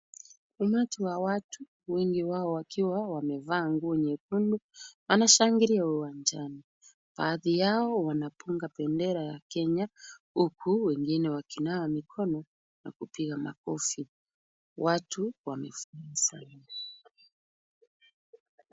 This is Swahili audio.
Umati wa watu wengi wao wakiwa wamevaa nguo nyekundu, wanashangilia uwanjani. Baadhi yao wanapunga bendera ya Kenya, huku wengine wakinawa mikono na kupiga makofi. Watu wamefurahi sana.